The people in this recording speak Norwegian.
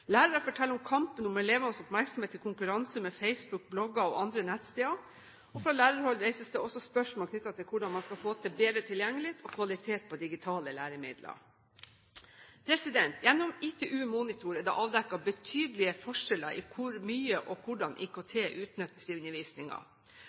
Lærere forteller om kampen om elevenes oppmerksomhet i konkurranse med facebook, blogger og andre nettsteder. Fra lærerhold reises det også spørsmål knyttet til hvordan man skal få til bedre tilgjengelighet og kvalitet på digitale læremidler. Gjennom ITU Monitor er det avdekket betydelige forskjeller i hvor mye og hvordan IKT